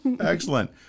Excellent